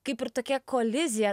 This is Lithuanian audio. kaip ir tokia kolizija